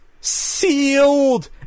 sealed